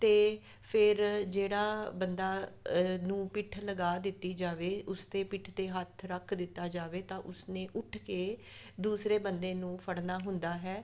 ਅਤੇ ਫਿਰ ਜਿਹੜਾ ਬੰਦਾ ਨੂੰ ਪਿੱਠ ਲਗਾ ਦਿੱਤੀ ਜਾਵੇ ਉਸ 'ਤੇ ਪਿੱਠ 'ਤੇ ਹੱਥ ਰੱਖ ਦਿੱਤਾ ਜਾਵੇ ਤਾਂ ਉਸਨੇ ਉੱਠ ਕੇ ਦੂਸਰੇ ਬੰਦੇ ਨੂੰ ਫੜਨਾ ਹੁੰਦਾ ਹੈ